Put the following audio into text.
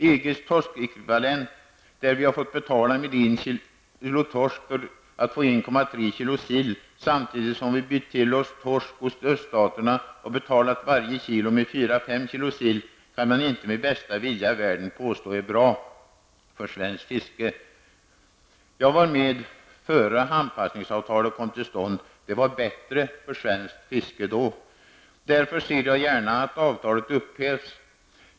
EGs torskekvivalent, där vi fått betala med 1 kg torsk för att få 1,3 kg sill, samtidigt som vi bytt till oss torsk hos östsstaterna och betalat varje kilo torsk med 4-- 5 kg sill, kan man inte med bästa vilja i världen påstå är bra för svenskt fiske. Jag var med innan anpassningsavtalet kom till stånd. Det var bättre för svenskt fiske då. Därför ser jag gärna att avtalet upphävs.